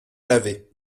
laver